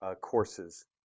courses